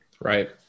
Right